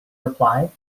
replied